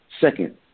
Second